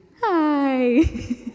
Hi